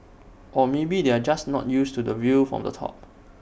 or maybe they are just not used to the view from the top